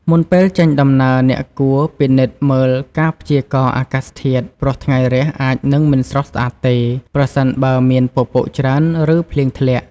មុនពេលចេញដំណើរ អ្នកគួរ ពិនិត្យមើលការព្យាករណ៍អាកាសធាតុ ព្រោះថ្ងៃរះអាចនឹងមិនស្រស់ស្អាតទេ ប្រសិនបើមានពពកច្រើន ឬភ្លៀងធ្លាក់។